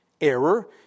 Error